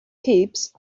heaps